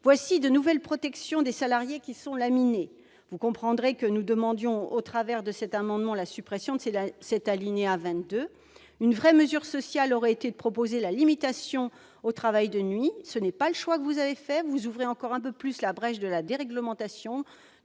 sont de nouvelles protections des salariés qui sont laminées. Vous comprendrez que nous demandions, au travers de cet amendement, la suppression de cet alinéa 22. Une vraie mesure sociale aurait été de proposer la limitation du travail de nuit. Ce n'est pas le choix que vous avez fait : dans ce domaine, vous ouvrez encore un peu plus la brèche de la déréglementation,